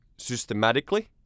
systematically